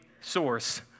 source